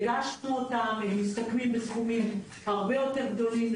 הגשנו אותם, הם מסתכמים בסכומים הרבה יותר גדולים.